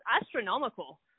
astronomical